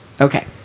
Okay